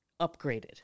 Upgraded